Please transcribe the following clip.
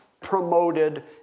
promoted